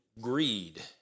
greed